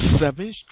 seven